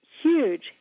huge